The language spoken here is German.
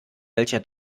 welcher